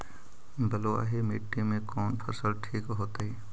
बलुआही मिट्टी में कौन फसल ठिक होतइ?